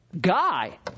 guy